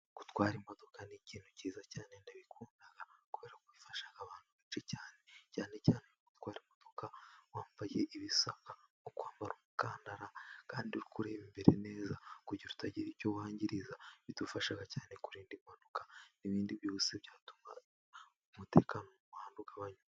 Gutwara imodoka ni ikintu cyiza cyane ndabikunda kuberako bifasha abantu benshi cyane, cyane cyane gutwara imodoka wambaye ibisabwa nko kwambara umukandara, kandi uri kureba imbere neza kugira ngo utagira icyo wangiriza. Bidufasha cyane kurinda impanuka n'ibindi byose, byatuma umutekano wo muhanda ugabanyuka.